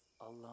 alone